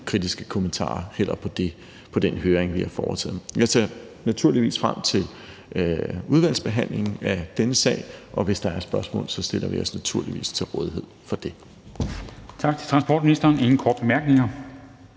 kritiske kommentarer, heller ikke i forhold til den høring, vi har foretaget. Jeg ser naturligvis frem til udvalgsbehandlingen af denne sag, og hvis der er spørgsmål, stiller vi os naturligvis til rådighed for at